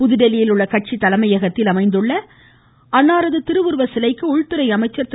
புதுதில்லியில் உள்ள கட்சி தலைமையகத்தில் அமைந்துள்ள அவரது திருவுருவ சிலைக்கு உள்துறை அமைச்ச திரு